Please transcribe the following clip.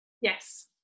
yes